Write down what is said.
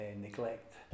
neglect